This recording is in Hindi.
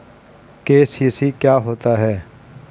के.सी.सी क्या होता है?